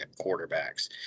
quarterbacks